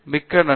மிக்க நன்றி